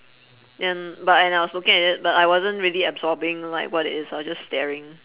and but and I was looking at it but I wasn't really absorbing like what it is I was just staring